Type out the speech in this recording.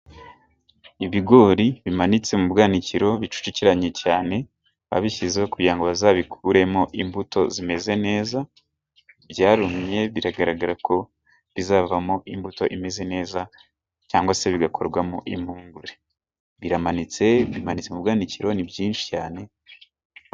Ibigori bimanitse mu bwanikiro bicucikiranye cyane babishyizeho kugira bazabikuremo imbuto zimeze neza , byarumye, biragaragara ko bizavamo imbuto imeze neza cyangwa se bigakorwa mo impungure. Biramanitse, bimanitse mu bwanikiro ni byinshi cyane.